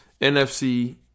NFC